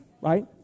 Right